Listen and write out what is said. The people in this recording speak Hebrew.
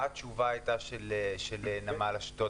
מה הייתה התשובה של נמל אשדוד.